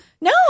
No